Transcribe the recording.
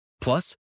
Plus